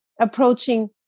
approaching